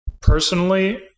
personally